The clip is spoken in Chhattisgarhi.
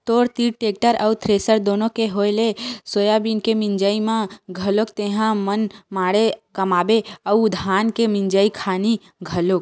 तोर तीर टेक्टर अउ थेरेसर दुनो के होय ले सोयाबीन के मिंजई म घलोक तेंहा मनमाड़े कमाबे अउ धान के मिंजई खानी घलोक